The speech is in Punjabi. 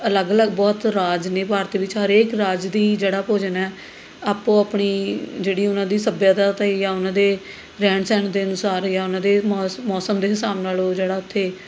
ਅਲੱਗ ਅਲੱਗ ਬਹੁਤ ਰਾਜ ਨੇ ਭਾਰਤ ਵਿੱਚ ਹਰੇਕ ਰਾਜ ਦੀ ਜਿਹੜਾ ਭੋਜਨ ਹੈ ਆਪੋ ਆਪਣੀ ਜਿਹੜੀ ਉਹਨਾਂ ਦੀ ਸੱਭਿਅਤਾ ਅਤੇ ਜਾਂ ਉਹਨਾਂ ਦੇ ਰਹਿਣ ਸਹਿਣ ਦੇ ਅਨੁਸਾਰ ਜਾਂ ਉਹਨਾਂ ਦੇ ਮੌਸ ਮੌਸਮ ਦੇ ਹਿਸਾਬ ਨਾਲ਼ ਉਹ ਜਿਹੜਾ ਉੱਥੇ